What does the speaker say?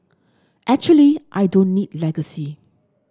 actually I don't need legacy